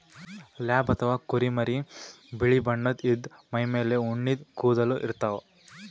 lamb ಅಥವಾ ಕುರಿಮರಿ ಬಿಳಿ ಬಣ್ಣದ್ ಇದ್ದ್ ಮೈಮೇಲ್ ಉಣ್ಣಿದ್ ಕೂದಲ ಇರ್ತವ್